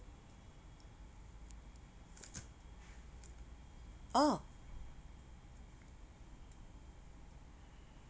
oh